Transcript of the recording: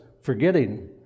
forgetting